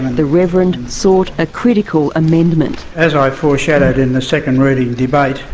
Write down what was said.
the reverend sought a critical amendment. as i foreshadowed in the second reading debate,